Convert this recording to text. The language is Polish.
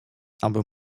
aby